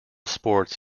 sports